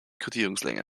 kodierungslänge